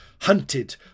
Hunted